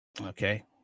okay